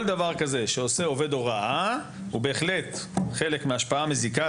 כל דבר כזה שעושה עובד הוראה הוא בהחלט חלק מההשפעה המזיקה.